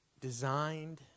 designed